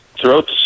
throughout